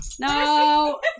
No